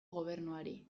gobernuari